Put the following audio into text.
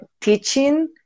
teaching